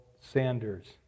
Sanders